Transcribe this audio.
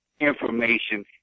information